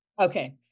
Okay